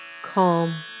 calm